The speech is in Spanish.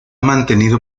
mantenido